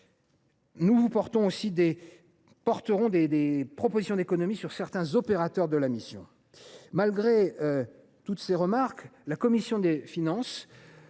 Nous formulerons aussi des propositions d’économies sur certains opérateurs de la mission. Malgré toutes ces remarques, la commission des finances